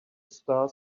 star